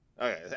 Okay